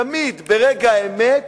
תמיד, ברגע האמת,